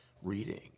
reading